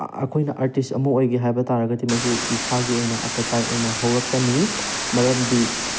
ꯑꯩꯈꯣꯏꯅ ꯑꯥꯔꯇꯤꯁ ꯑꯃ ꯑꯣꯏꯒꯦ ꯍꯥꯏꯕ ꯇꯥꯔꯒꯗꯤ ꯏꯁꯥꯒꯤ ꯑꯣꯏꯅ ꯑꯇꯇꯥꯏ ꯑꯣꯏꯅ ꯍꯧꯔꯛꯀꯅꯤ ꯃꯔꯝꯗꯤ